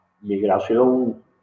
migración